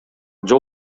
жол